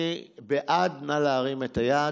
מי בעד, נא להרים את היד.